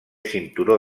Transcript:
cinturó